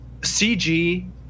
CG